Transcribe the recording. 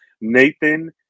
Nathan